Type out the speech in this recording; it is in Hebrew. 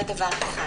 זה דבר אחד.